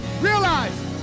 realize